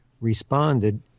responded